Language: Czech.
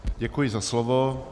Děkuji za slovo.